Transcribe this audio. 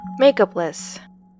Makeupless